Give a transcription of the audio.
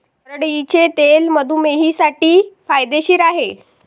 करडईचे तेल मधुमेहींसाठी फायदेशीर आहे